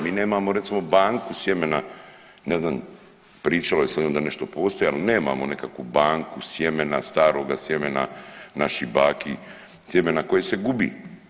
Mi nemamo recimo banku sjemena ne znam pričalo se da nešto postoji, ali nemamo neku banku sjemena, staroga sjemena naših baki sjemena koje se gubi.